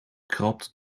krabt